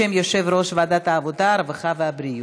בשם יושב-ראש ועדת העבודה, הרווחה והבריאות.